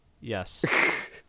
yes